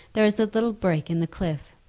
there is a little break in the cliff,